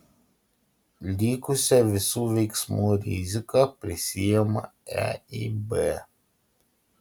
likusią visų veiksmų riziką prisiima eib